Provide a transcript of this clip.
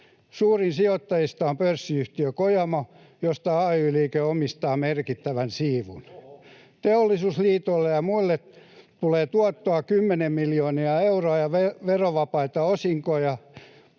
Suurin sijoittajista on pörssiyhtiö Kojamo, josta ay-liike omistaa merkittävän siivun. [Perussuomalaisten ryhmästä: Oho!] Teollisuusliitolle ja muille tulee kymmeniä miljoonia euroja verovapaita osinkoja,